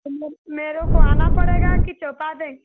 तब मेरे को आना पड़ेगा कि चौपा दें